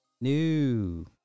New